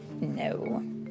No